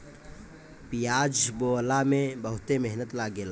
पियाज बोअला में बहुते मेहनत लागेला